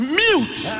mute